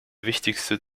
wichtigste